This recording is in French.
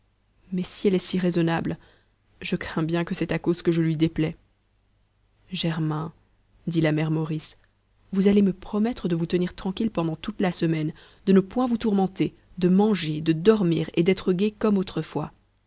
mais si elle est si raisonnable je crains bien que c'est à cause que je lui déplais germain dit la mère maurice vous allez me promettre de vous tenir tranquille pendant toute la semaine de ne point vous tourmenter de manger de dormir et d'être gai comme autrefois